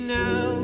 now